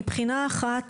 מבחינה אחת,